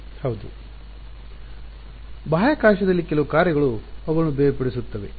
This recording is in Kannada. ವಿದ್ಯಾರ್ಥಿ ಬಾಹ್ಯಾಕಾಶದಲ್ಲಿ ಕೆಲವು ಕಾರ್ಯಗಳು ಅವುಗಳನ್ನು ಬೇರ್ಪಡಿಸುತ್ತವೆ